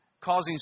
causing